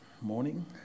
morning